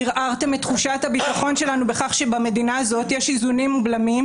ערערתם את תחושת הביטחון שלנו בכך שבמדינה הזו יש איזונים ובלמים,